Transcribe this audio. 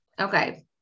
Okay